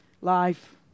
life